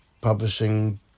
publishing